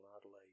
Adelaide